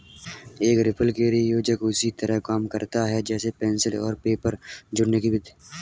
एक रिपलकैरी योजक उसी तरह काम करता है जैसे पेंसिल और पेपर जोड़ने कि विधि